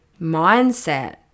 mindset